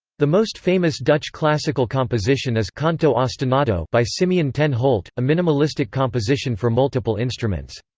the most famous dutch classical composition is canto ostinato by simeon ten holt, a minimalistic composition for multiple instruments.